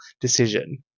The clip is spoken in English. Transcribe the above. decision